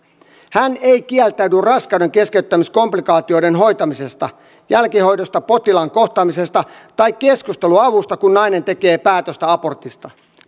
hän ei kieltäydy raskaudenkeskeyttämiskomplikaatioiden hoitamisesta jälkihoidosta potilaan kohtaamisesta tai keskusteluavusta kun nainen tekee päätöstä abortista